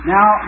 Now